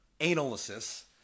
analysis